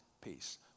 peace